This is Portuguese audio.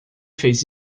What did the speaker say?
fez